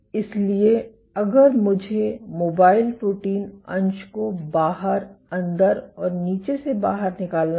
इसलिए अगर मुझे मोबाइल प्रोटीन अंश को बाहर अंदर और नीचे से बाहर निकालना था